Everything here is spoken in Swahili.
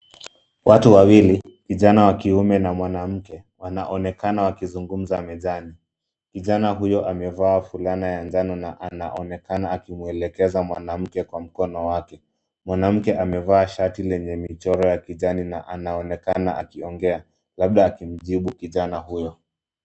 Watu wawili, kijana wa kiume na mwanamke wanaonekana wakizungumza mezani. Kijana huyu amevaa vulana ya njano na anaonekana akimwelekeza mwanamke kwa mkono wake. Mwanamke amevaa shati lenye michoro ya kijani na anaonekana akiongea, labda akimujibu kijana huyo.